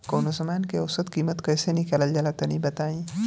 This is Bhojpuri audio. कवनो समान के औसत कीमत कैसे निकालल जा ला तनी बताई?